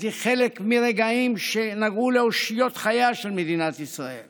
הייתי חלק מרגעים שנגעו לאושיות חייה של מדינת ישראל